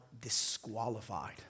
disqualified